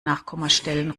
nachkommastellen